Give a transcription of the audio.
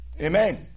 Amen